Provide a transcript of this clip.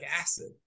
acid